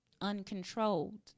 uncontrolled